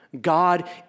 God